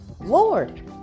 Lord